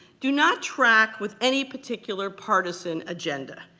do not track with any particular partisan agenda.